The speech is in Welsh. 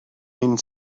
ein